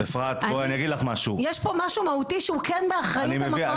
יש פה משהו מהותי שהוא כן באחריות המקום הזה.